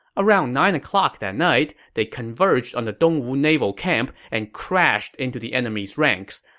around nine o'clock that night, they converged on the dongwu naval camp and crashed into the enemy's ranks.